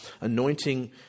anointing